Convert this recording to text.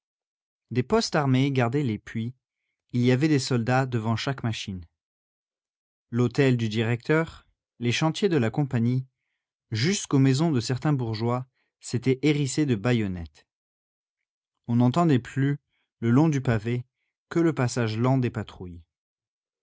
des postes armés gardaient les puits il y avait des soldats devant chaque machine l'hôtel du directeur les chantiers de la compagnie jusqu'aux maisons de certains bourgeois s'étaient hérissés de baïonnettes on n'entendait plus le long du pavé que le passage lent des patrouilles